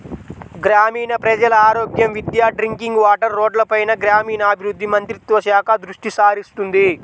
గ్రామీణ ప్రజల ఆరోగ్యం, విద్య, డ్రింకింగ్ వాటర్, రోడ్లపైన గ్రామీణాభివృద్ధి మంత్రిత్వ శాఖ దృష్టిసారిస్తుంది